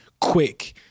quick